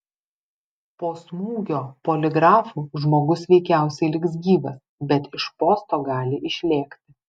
po smūgio poligrafu žmogus veikiausiai liks gyvas bet iš posto gali išlėkti